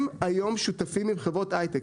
הם היום שותפים עם חברות הייטק.